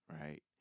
right